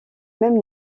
même